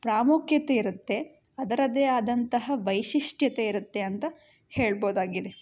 ಪ್ರಾಮುಖ್ಯತೆ ಇರುತ್ತೆ ಅದರದ್ದೇ ಆದಂತಹ ವೈಶಿಷ್ಟ್ಯತೆ ಇರುತ್ತೆ ಅಂತ ಹೇಳ್ಬೋದಾಗಿದೆ